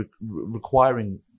requiring